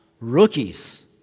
rookies